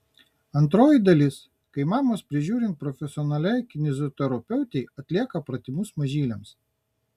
antroji dalis kai mamos prižiūrint profesionaliai kineziterapeutei atlieka pratimus mažyliams